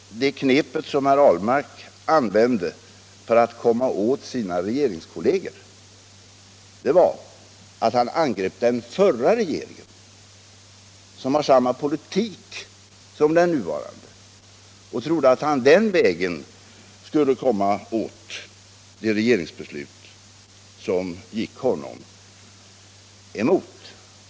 Det knep som herr Ahlmark använde för att komma åt sina regeringskolleger var att han angrep den förra regeringen, som i denna fråga förde samma politik som den nuvarande. Han trodde att han den vägen skulle komma åt det regeringsbeslut som gick honom emot.